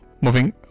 Moving